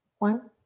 one.